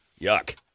Yuck